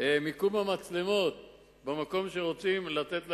מיקום המצלמות במקום שרוצים, לתת לעירייה.